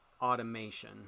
automation